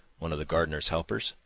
one of the gardener's helpers,